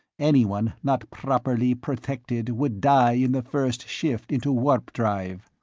anyone not prrroperly prrotected would die in the first shift into warp-drive.